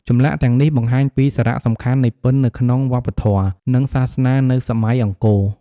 ចម្លាក់ទាំងនេះបង្ហាញពីសារៈសំខាន់នៃពិណនៅក្នុងវប្បធម៌ និងសាសនានៅសម័យអង្គរ។